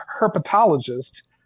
herpetologist